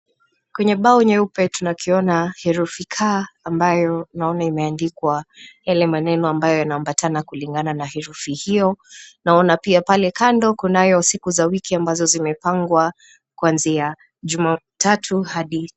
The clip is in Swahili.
Kwenye bao nyeupe tunakiona herufi k ambayo naona imeandikwa yale maneno ambayo yanaambatana kulingana na herufi hiyo. Naona pia pale kando kunayo siku za wiki ambazo zimepangwa kuanzia jumatatu hadi...